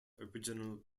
original